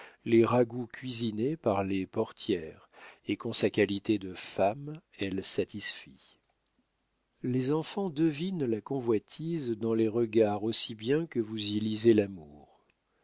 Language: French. les ragoûts cuisinés par les portières et qu'en sa qualité de femme elle satisfit les enfants devinent la convoitise dans les regards aussi bien que vous y lisez l'amour